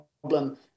problem